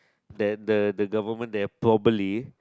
then the the government they probably